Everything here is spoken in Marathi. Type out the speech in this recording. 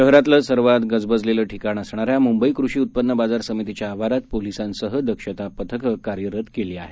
शहरातलं सर्वात गजबजलेलं ठिकाण असणाऱ्या मुंबई कृषी उत्पन्न बाजार समितीच्या आवारात पोलिसांसह दक्षता पथकं कार्यरत केली आहेत